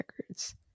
Records